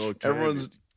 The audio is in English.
Everyone's